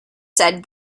said